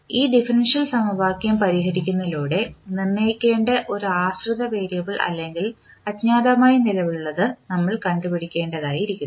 ഈ ഡിഫറൻഷ്യൽ സമവാക്യം പരിഹരിക്കുന്നതിലൂടെ നിർണ്ണയിക്കേണ്ട ഒരു ആശ്രിത വേരിയബിൾ അല്ലെങ്കിൽ അജ്ഞാതമായി നിലവിലുള്ളത് നമ്മൾ കണ്ടുപിടിക്കേണ്ടിയിരിക്കുന്നു